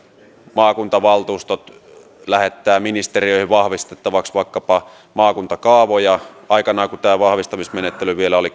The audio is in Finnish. maakuntavaltuustot lähettävät ministeriöihin vahvistettavaksi vaikkapa maakuntakaavoja aikanaan kun tämä vahvistamismenettely vielä oli